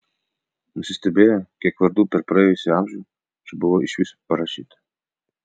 nusistebėjo kiek vardų per praėjusį amžių čia buvo iš viso parašyta